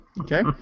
Okay